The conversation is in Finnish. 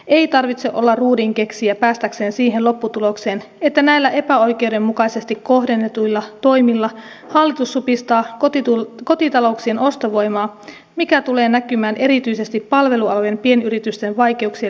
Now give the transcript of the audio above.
ei tarvitse olla ruudinkeksijä päästäkseen siihen lopputulokseen että näillä epäoikeudenmukaisesti kohdennetuilla toimilla hallitus supistaa kotitalouksien ostovoimaa mikä tulee näkymään erityisesti palvelualojen pienyritysten vaikeuksien lisääntymisenä